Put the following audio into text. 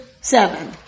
seven